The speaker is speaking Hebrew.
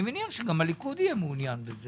אני מניח שגם הליכוד יהיה מעונין בזה